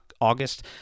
August